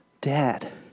Dad